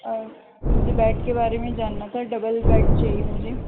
اور مجھے بیڈ کے بارے میں جاننا تھا ڈبل بیڈ چاہیے مجھے